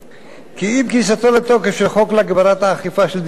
כי עם כניסתו של תוקף של חוק להגברת האכיפה של דיני העבודה,